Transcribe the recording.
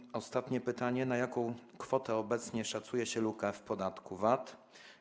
I ostatnie pytanie: Na jaką kwotę obecnie szacuje się lukę w podatku VAT?